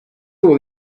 all